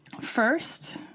First